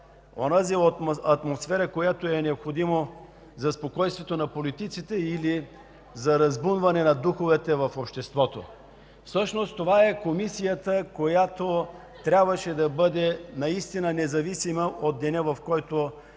създава атмосфера, която е необходима за спокойствието на политиците или за разбунване на духовете в обществото. Това е Комисията, която трябваше да бъде наистина независима от деня, в който